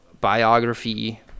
biography